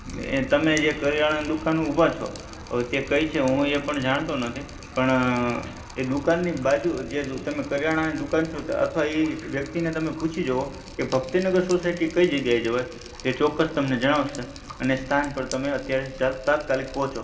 તમે જે કરિયાણાની દુકાન ઊભા છો તે કઈ છે એ પણ હું જાણતો નથી પણ તે દુકાનની બાજુ જે તમે કરિયાણાની દુકાન છો અથવા એ વ્યક્તિને તમે પૂછી જુઓ કે ભક્તિનગર સોસાયટી કઈ જગ્યાએ જવાય એ ચોક્કસ તમને જણાવશે અને સ્થાન પર તમે અત્યારે તાત્કાલિક પહોંચો